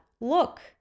look